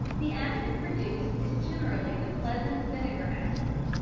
the acid produced is generally the pleasant vinegar acid